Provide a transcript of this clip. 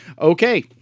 Okay